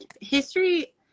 history